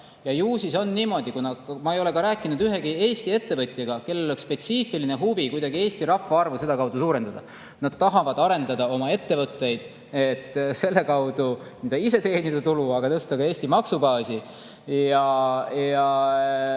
Ju siis on niimoodi. Ma ei ole rääkinud ühegi Eesti ettevõtjaga, kellel oleks spetsiifiline huvi kuidagi Eesti rahvaarvu sedakaudu suurendada. Nad tahavad arendada oma ettevõtteid, et selle abil ise teenida tulu, aga ka tõsta Eesti maksubaasi.